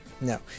No